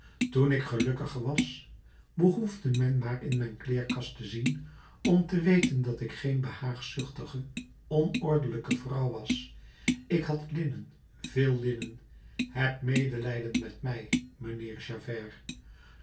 toen ik gelukkiger was behoefde men maar in mijn kleerkast te zien om te weten dat ik geen behaagzuchtige onordelijke vrouw was ik had linnen veel linnen heb medelijden met mij mijnheer javert